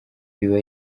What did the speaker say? biba